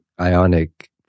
Ionic